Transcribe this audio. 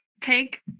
take